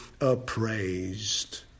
appraised